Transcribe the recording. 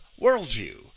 worldview